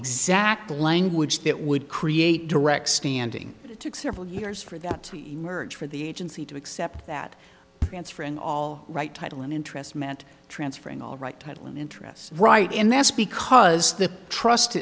exact language that would create direct standing it took several years for that to merge for the agency to accept that answer and all right title and interest meant transferring all right title and interest right and that's because the trust